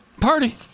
Party